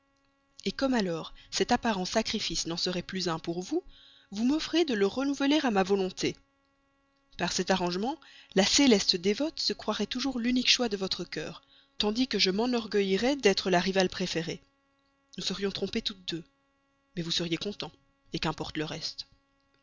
et comme alors cet apparent sacrifice n'en serait plus un pour vous vous m'offrez de le renouveler à ma volonté par cet heureux arrangement la céleste dévote se croirait toujours l'unique choix de votre cœur tandis que je m'enorgueillirais d'être la rivale préférée nous serions trompées toutes deux mais vous seriez content qu'importe le reste